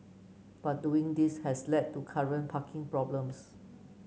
but doing this has led to current parking problems